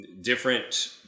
different